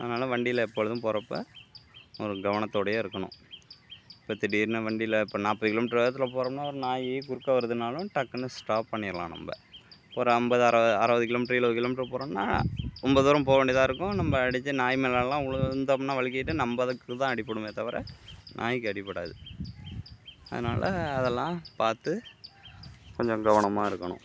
அதனால் வண்டியில் எப்பொழுதும் போகிறப்ப கவனத்தோடயே இருக்கணும் இப்போ திடீர்னு வண்டியில் இப்போ நாற்பது கிலோமீட்டர் வேகத்தில் போகிறோம்னா ஒரு நாய் குறுக்கே வருதுனாலும் டக்குனு ஸ்டாப் பண்ணிடலாம் நம்ம ஒரு ஐம்பது அறுபது அறுபது கிலோமீட்டரு எழுபது கிலோமீட்டரு போகிறோம்னா ரொம்ப தூரம் போக வேண்டியதாக இருக்கும் நம்ம அடித்து நாய் மேலெல்லாம் விழுந்தோம்னா வழிக்கிகிட்டு நம்மளுக்கு தான் அடிபடுமே தவிர நாயிக்கு அடிபடாது அதனால் அதெல்லாம் பார்த்து கொஞ்சம் கவனமாக இருக்கணும்